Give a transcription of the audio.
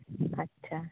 ᱟᱪᱪᱷᱟ